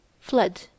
fled